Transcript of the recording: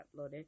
uploaded